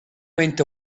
went